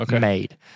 made